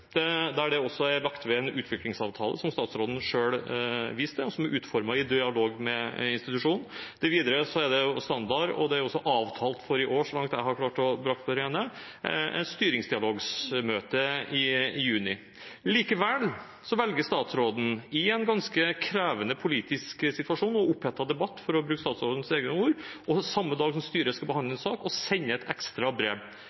der det også er lagt ved en utviklingsavtale, som statsråden selv viste til, og som er utformet i dialog med institusjonen. Videre er det standard – det er også avtalt for i år, så langt jeg har klart å bringe på det rene – med et styringsdialogmøte i juni. Likevel velger statsråden, i en ganske krevende politisk situasjon og i en opphetet debatt, for å bruke statsrådens egne ord, å sende et ekstra brev samme dag som styret skal behandle